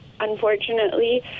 Unfortunately